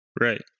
Right